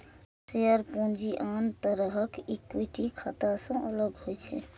share पूंजी आन तरहक इक्विटी खाता सं अलग होइ छै